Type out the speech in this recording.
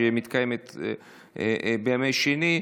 שמתקיימת בימי שני,